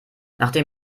nachdem